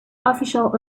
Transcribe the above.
official